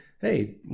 Hey